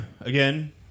again